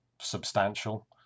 substantial